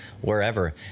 wherever